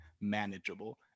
manageable